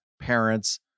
parents